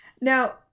Now